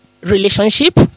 relationship